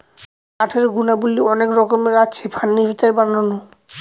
কাঠের গুণাবলী অনেক রকমের আছে, ফার্নিচার বানানো